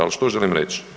Ali što želim reći?